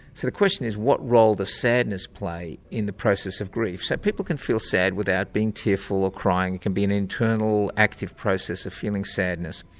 so the question is, what role does sadness play in the process of grief? so people can feel sad without being tearful or crying it can be an internal active process of feeling sadness.